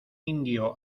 indio